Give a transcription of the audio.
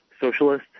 socialist